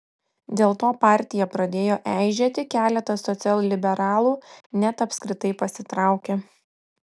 dėl to partija pradėjo eižėti keletas socialliberalų net apskritai pasitraukė